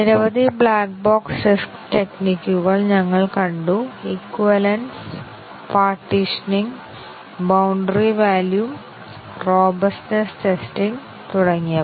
നിരവധി black box test ടെക്നിക്കുകൾ ഞങ്ങൾ കണ്ടു equivalence partitioning boundary value robustness testing തുടങ്ങിയവ